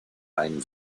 ein